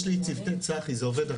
יש לי צוותי צח"י, זה עובד אחרת.